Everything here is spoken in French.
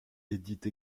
édite